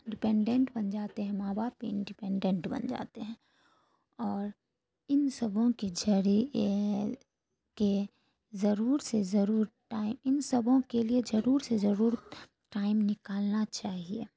dependent بن جاتے ہیں ماں باپ بھی انڈیپنڈنٹ بن جاتے ہیں اور ان سبھی کے ذریعے کہ ضرور سے ضرور ٹائم ان سبھی کے لیے ضرور سے ضرور ٹائم نکالنا چاہیے